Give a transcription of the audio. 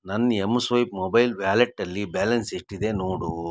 ನನ್ನ mSwipe mobile ವ್ಯಾಲೆಟಲ್ಲಿ balance ಎಷ್ಟಿದೆ ನೋಡು